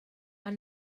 beth